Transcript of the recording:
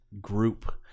group